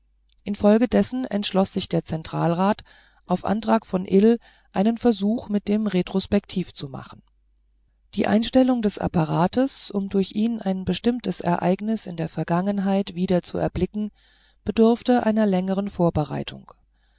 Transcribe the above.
infolgedessen entschloß sich der zentralrat auf antrag von ill einen versuch mit dem retrospektiv zu machen die einstellung des apparates um durch ihn ein bestimmtes ereignis in der vergangenheit wieder zu erblicken bedurfte einer längeren vorbereitung